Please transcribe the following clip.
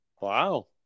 Wow